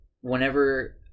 whenever